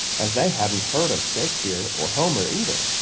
as they hadn't heard of shakespeare or homer either,